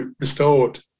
restored